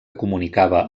comunicava